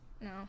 No